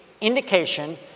indication